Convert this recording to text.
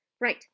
Right